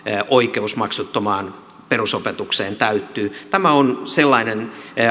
oikeus maksuttomaan perusopetukseen täyttyy tämä on sellainen